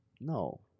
No